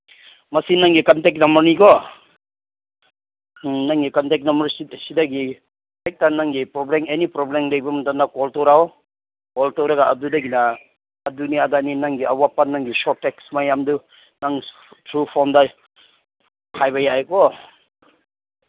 ꯃꯁꯤ ꯅꯪꯒꯤ ꯀꯟꯇꯦꯛ ꯅꯝꯕꯔꯅꯤꯀꯣ ꯎꯝ ꯅꯪꯒꯤ ꯀꯟꯇꯦꯛ ꯅꯝꯕꯔꯁꯤ ꯁꯤꯗꯒꯤ ꯍꯦꯛꯇ ꯅꯪꯒꯤ ꯄ꯭ꯔꯣꯕ꯭ꯂꯦꯝ ꯑꯦꯅꯤ ꯄ꯭ꯔꯣꯕ꯭ꯂꯦꯝ ꯂꯩꯕ ꯃꯇꯝꯗ ꯀꯣꯜ ꯇꯧꯔꯛꯑꯣ ꯀꯣꯜ ꯇꯧꯔꯒ ꯑꯗꯨꯗꯒꯤꯅ ꯑꯗꯨꯅꯤ ꯑꯗꯥꯅꯤ ꯅꯪꯒꯤ ꯑꯋꯥꯠꯄ ꯅꯪꯒꯤ ꯁꯣꯔꯇꯦꯖ ꯃꯌꯥꯝꯗꯨ ꯅꯪ ꯊ꯭ꯔꯨ ꯐꯣꯟꯗ ꯍꯥꯏꯕ ꯌꯥꯏꯀꯣ